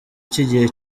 cy’igihe